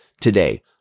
Today